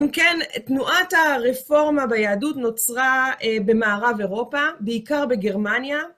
כן, תנועת הרפורמה ביהדות נוצרה במערב אירופה, בעיקר בגרמניה.